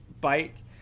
bite